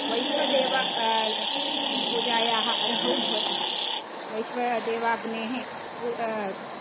वैष्वदेव पूजायाः अर्हौ भवतः वैश्वदेवाग्नेः